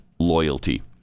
loyalty